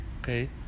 okay